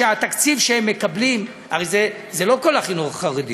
שהתקציב שהם מקבלים הרי זה לא כל החינוך החרדי,